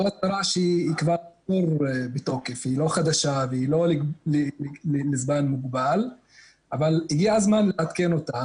היא לא חדשה והיא לא לזמן מוגבל אבל הגיע הזמן לעדכן אותה.